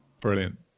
Brilliant